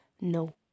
No